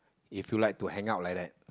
if your like to hang out like that